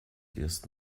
erst